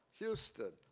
houston,